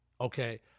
Okay